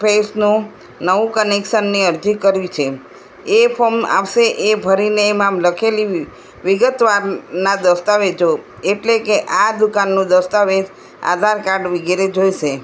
ફેસનું નવું કનેક્શનની અરજી કરવી છે એ ફોર્મ આવશે એ ભરીને એમાં લખેલી વિગતોના દસ્તાવેજો એટલે કે આ દુકાનનો દસ્તાવેજ આધારકાર્ડ વગેરે જોઈશે